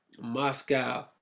Moscow